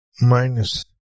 minus